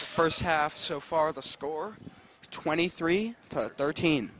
first half so far the score twenty three thirteen